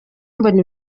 mbona